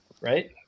Right